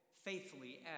Faithfully